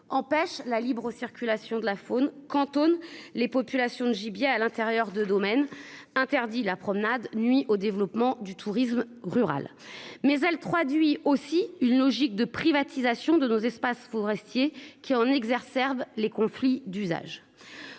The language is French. empêche la libre circulation de la faune cantonne les populations de gibier à l'intérieur de domaine interdit la promenade nuit au développement du tourisme rural mais elle 3 d'lui aussi une logique de privatisation de nos espaces forestiers qui en exerce serbe les conflits d'usage.